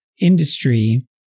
industry